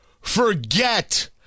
forget